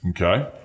Okay